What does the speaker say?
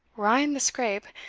were i in the scrape,